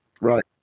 Right